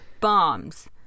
bombs